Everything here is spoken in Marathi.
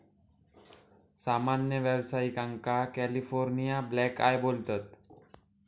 सामान्य व्यावसायिकांका कॅलिफोर्निया ब्लॅकआय बोलतत